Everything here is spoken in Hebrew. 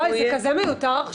אוי, זה כל כך מיותר עכשיו.